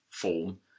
form